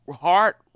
heart